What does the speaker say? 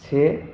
से